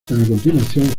continuación